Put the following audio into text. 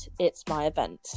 itsmyevent